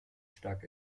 stark